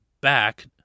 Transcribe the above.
back